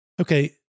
okay